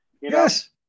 Yes